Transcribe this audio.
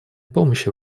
помощи